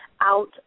out